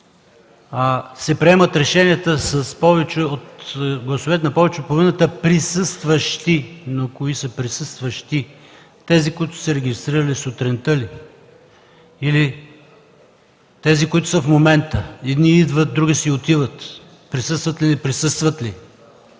че решенията се приемат с гласовете на повече от половината присъстващи... Но кои са присъстващи – тези, които са се регистрирали сутринта ли, или тези, които са в момента? Едни идват, други си отиват – присъстват ли, не присъстват ли?